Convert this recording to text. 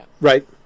right